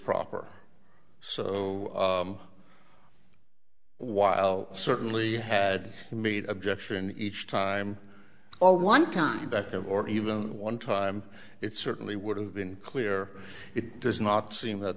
proper so while certainly had to meet objection each time or one time or even one time it certainly would have been clear it does not seem that